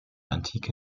antike